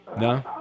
No